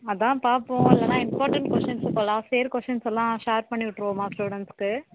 அதுதான் பார்ப்போம் இல்லைனா இம்பார்ட்டண்ட் கொஷின்ஸ் வேறு கொஷின்ஸெல்லாம் ஷேர் பண்ணி விட்ருவோமா ஸ்டூடெண்ட்ஸ்சுக்கு